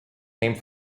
named